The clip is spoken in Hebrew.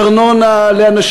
אבל ארנונה למבוגרים כן.